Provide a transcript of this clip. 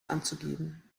anzugeben